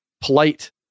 polite